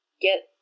get